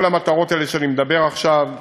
המטרות האלה שאני מדבר עליהן עכשיו,